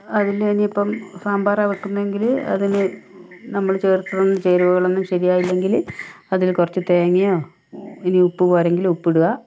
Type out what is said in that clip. അതിൽ ഇനിയിപ്പം സാമ്പാറാണ് വയ്ക്കുന്നതെങ്കിൽ അതിൽ നമ്മൾ ചേർത്ത ചേരുവകളൊന്നും ശരിയായില്ലെങ്കിൽ അതിൽ കുറച്ച് തേങ്ങയോ ഇനി ഉപ്പ് പോരെങ്കിൽ ഉപ്പ് ഇടുക